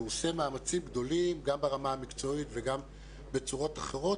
והוא עושה מאמצים גדולים גם ברמה המקצועית וגם בצורות אחרות,